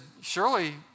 Surely